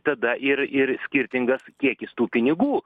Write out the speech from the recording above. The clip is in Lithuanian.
tada ir ir skirtingas kiekis tų pinigų